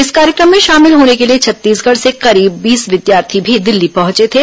इस कार्यक्रम में शामिल होने के लिए छत्तीसगढ़ से बीस विद्यार्थी भी दिल्ली पहुंचे थे